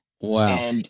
Wow